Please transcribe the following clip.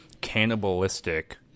cannibalistic